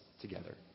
together